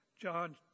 John